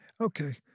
Okay